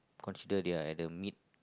consider they are at the mid